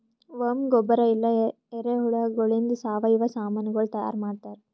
worm ಗೊಬ್ಬರ ಇಲ್ಲಾ ಎರೆಹುಳಗೊಳಿಂದ್ ಸಾವಯವ ಸಾಮನಗೊಳ್ ತೈಯಾರ್ ಮಾಡ್ತಾರ್